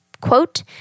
quote